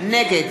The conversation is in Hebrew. נגד